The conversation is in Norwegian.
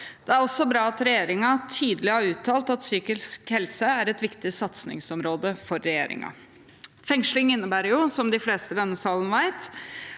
Det er også bra at regjeringen tydelig har uttalt at psykisk helse er et viktig satsingsområde for regjeringen. Fengsling innebærer, som de fleste i denne salen vet,